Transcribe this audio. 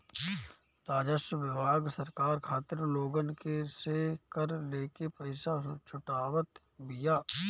राजस्व विभाग सरकार खातिर लोगन से कर लेके पईसा जुटावत बिया